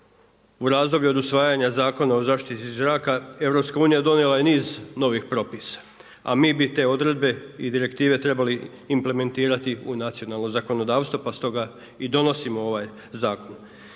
U razdoblju od usvajanja Zakona o zaštiti zraka EU donijela je niz novih propisa. A mi bi te odredbe i direktive trebali implementirati u nacionalno zakonodavstvo pa stoga i donosimo ovaj zakon.